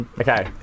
okay